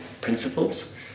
principles